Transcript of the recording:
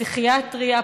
פסיכיאטריה,